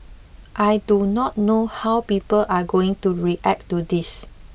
I do not know how people are going to react to this